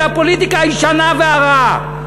זה הפוליטיקה הישנה והרעה,